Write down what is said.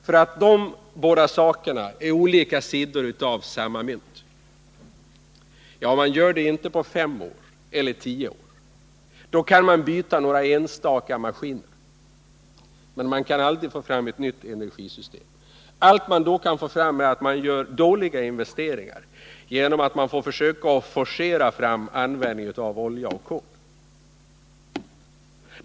— Dessa båda saker är olika sidor av samma mynt. Ja, man gör det inte på fem eller tio år. På den tiden kan man byta några enstaka maskiner, men man kan aldrig få fram ett nytt energisystem. Allt man då kan få fram är dåliga investeringar, genom försök att forcera fram användningen av olja och kol.